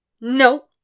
No